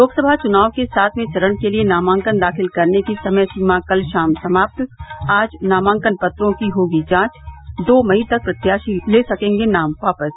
लोकसभा च्नाव के सातवें चरण के लिये नामांकन दाखिल करने की समय सीमा कल शाम समाप्त आज नामांकन पत्रों की होगी जांच दो मई तक प्रत्याशी ले सकेंगे नाम वापस